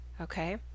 Okay